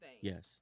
Yes